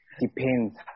depends